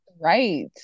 right